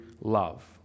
love